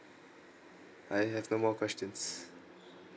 I have no more questions